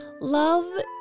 love